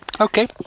okay